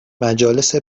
مجالس